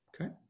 Okay